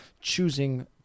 choosing